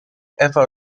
ewa